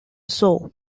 saw